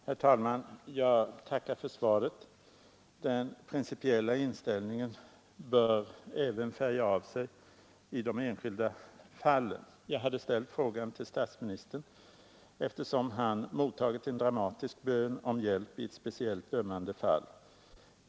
Herr talman! Jag tackar för svaret. Den principiella inställningen bör även färga av sig i de enskilda fallen. Jag hade ställt frågan till statsministern eftersom han mottagit en dramatisk bön om hjälp i ett speciellt ömmande fall.